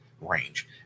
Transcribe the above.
range